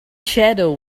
shadow